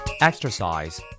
Exercise